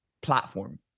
platform